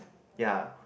ya